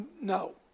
no